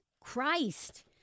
Christ